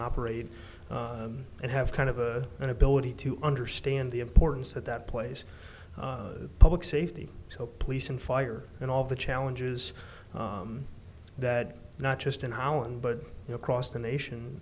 operate and have kind of an ability to understand the importance of that place public safety so police and fire and all the challenges that not just in holland but you know across the nation